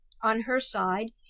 on her side,